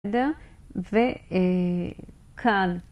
וקל.